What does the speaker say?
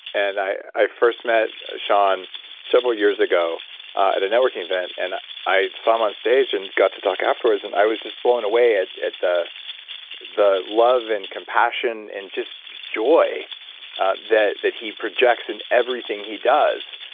and i i first met sean several years ago at a networking event and i saw him on stage and got to talk afterwards. and i was just blown away at at the the love and compassion, and just joy that that he projects in everything he does,